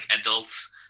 adults